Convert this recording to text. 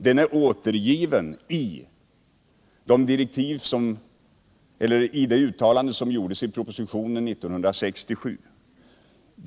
Detta är återgivet i det uttalande som gjordes i propositionen år 1967.